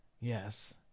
Yes